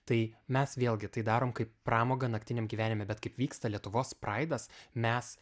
tai mes vėlgi tai darom kaip pramogą naktiniam gyvenime bet kaip vyksta lietuvos praidas mes